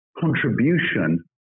contribution